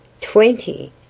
Twenty